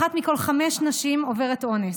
אחת מכל חמש נשים עוברת אונס,